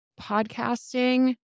podcasting